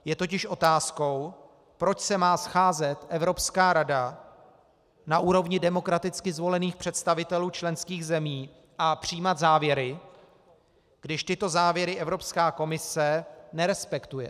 Je totiž otázkou, proč se má scházet Evropská rada na úrovni demokraticky zvolených představitelů členských zemí a přijímat závěry, když tyto závěry Evropská komise nerespektuje.